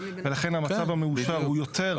ולכן המצב המאושר הוא יותר.